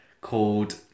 called